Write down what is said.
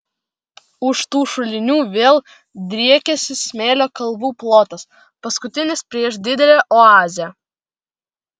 už tų šulinių vėl driekiasi smėlio kalvų plotas paskutinis prieš didelę oazę